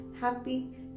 happy